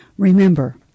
Remember